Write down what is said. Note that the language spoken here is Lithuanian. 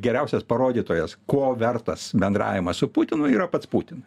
geriausias parodytojas ko vertas bendravimas su putinu yra pats putina